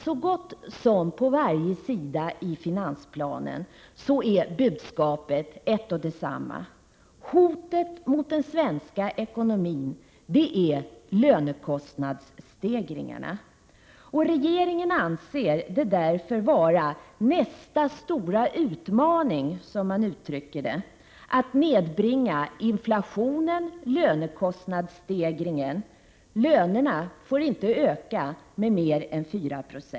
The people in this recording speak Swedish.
Så gott som på varje sida i finansplanen är budskapet ett och detsamma. Hotet mot den svenska ekonomin är lönekostnadsstegringen. Regeringen anser därför att det är nästa stora utmaning, som man uttrycker det, att nedbringa inflationen och lönekostnadsstegringen. Lönerna får inte öka med mer än 4 Io.